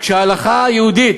כשההלכה היהודית,